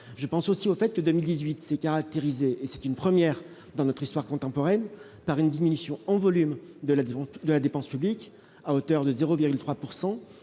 je pense aussi au fait que 2018 s'est caractérisé et c'est une première dans notre histoire contemporaine, par une diminution en volume de la défense de la dépense publique à hauteur de 0,3